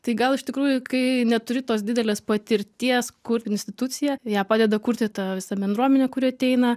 tai gal iš tikrųjų kai neturi tos didelės patirties kurt institucija ją padeda kurti ta visa bendruomenė kuri ateina